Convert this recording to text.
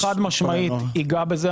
אבל חד משמעית ייגע בזה.